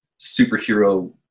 superhero